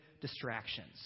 distractions